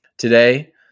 Today